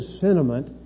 sentiment